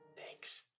Thanks